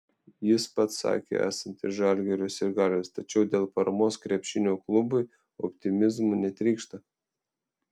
jis pats sakė esantis žalgirio sirgalius tačiau dėl paramos krepšinio klubui optimizmu netrykšta